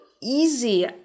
easy